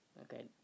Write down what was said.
okay